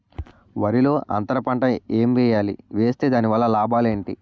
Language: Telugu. వరిలో అంతర పంట ఎం వేయాలి? వేస్తే దాని వల్ల లాభాలు ఏంటి?